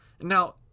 Now